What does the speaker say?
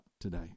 today